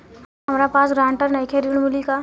हमरा पास ग्रांटर नईखे ऋण मिली का?